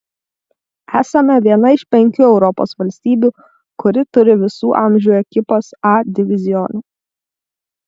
esame viena iš penkių europos valstybių kuri turi visų amžių ekipas a divizione